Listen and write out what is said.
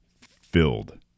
filled